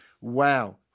wow